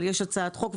אבל יש הצעת חוק.